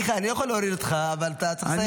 מיכאל, אני יכול להוריד אותך, אבל אתה צריך לסיים.